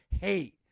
hate